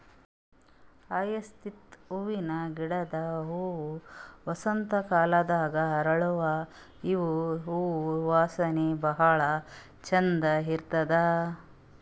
hyacinth ಹೂವಿನ ಗಿಡದ್ ಹೂವಾ ವಸಂತ್ ಕಾಲದಾಗ್ ಅರಳತಾವ್ ಇವ್ ಹೂವಾ ವಾಸನಿ ಭಾಳ್ ಛಂದ್ ಇರ್ತದ್